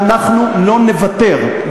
ואנחנו לא נוותר.